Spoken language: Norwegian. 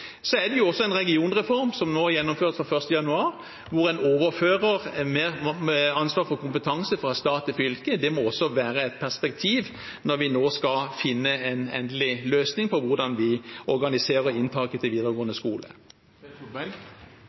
en regionreform som gjennomføres fra 1. januar, der en overfører mer ansvar for kompetanse fra stat til fylke. Det må også være et perspektiv når vi nå skal finne en endelig løsning på hvordan vi organiserer inntaket til videregående skole.